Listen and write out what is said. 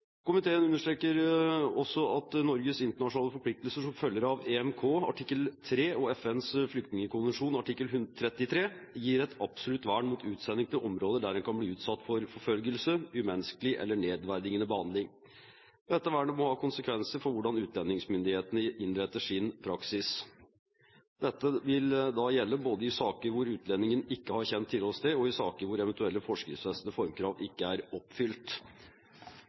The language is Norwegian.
Komiteen understreker også at Norges internasjonale forpliktelser som følger av EMK, artikkel 3, og FNs flyktningkonvensjon, artikkel 33, gir et absolutt vern mot utsending til områder der en kan bli utsatt for forfølgelse, umenneskelig eller nedverdigende behandling. Dette vernet må ha konsekvenser for hvordan utlendingsmyndighetene innretter sin praksis. Dette vil da gjelde både i saker hvor utlendingen ikke har kjent tilholdssted og i saker hvor eventuelle forskriftsfestede formkrav ikke er oppfylt.